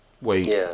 wait